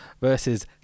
versus